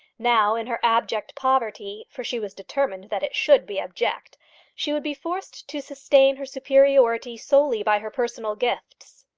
now, in her abject poverty for she was determined that it should be abject she would be forced to sustain her superiority solely by her personal gifts.